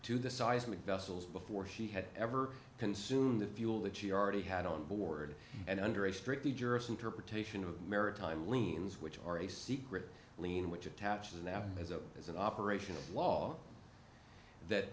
to the seismic vessels before she had ever consumed the fuel that she already had on board and under a strictly jurist interpretation of maritime liens which are a secret lien which attaches now as a as an operational flaw that